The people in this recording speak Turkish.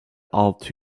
altı